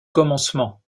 commencement